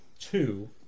two